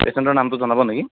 পেচেণ্টৰ নামটো জনাব নেকি